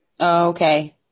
Okay